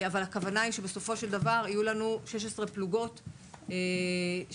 אבל הכוונה היא שבסופו של דבר יהיו לנו 16 פלוגות של חיילים